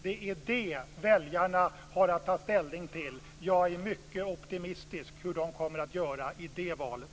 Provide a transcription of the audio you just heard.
Det är det väljarna har att ta ställning till. Jag är mycket optimistisk i fråga om hur de kommer att göra i det valet.